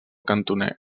cantoner